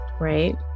right